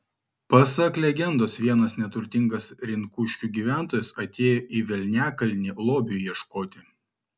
pasak legendos vienas neturtingas rinkuškių gyventojas atėjo į velniakalnį lobio ieškoti